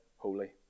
Holy